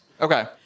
Okay